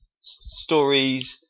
stories